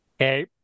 Okay